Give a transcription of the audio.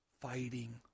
fighting